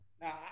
Now